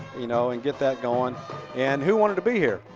you know, and get that going and who wanted to be here.